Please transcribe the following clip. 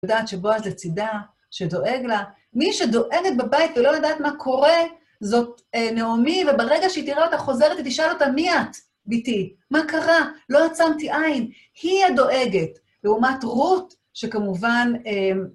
יודעת שבועז לצידה, שדואג לה. מי שדואגת בבית ולא יודעת מה קורה, זאת נעמי, וברגע שהיא תראה אותה חוזרת, היא תשאל אותה מי את, בתי? מה קרה? לא עצמתי עין. היא הדואגת, לעומת רות, שכמובן...